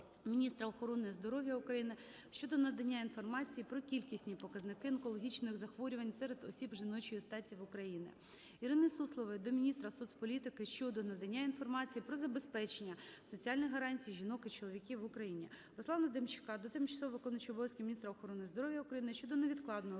міністра охорони здоров'я України щодо надання інформації про кількісні показники онкологічних захворювань серед осіб жіночої статі в Україні. Ірини Суслової до міністра соціальної політики щодо надання інформації про забезпечення соціальних гарантій жінок і чоловіків в Україні. Руслана Демчака до тимчасово виконуючої обов'язки міністра охорони здоров'я України щодо невідкладного розгляду